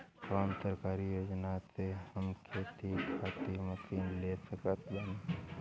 कौन सरकारी योजना से हम खेती खातिर मशीन ले सकत बानी?